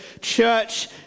church